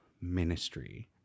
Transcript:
ministry